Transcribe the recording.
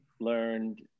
learned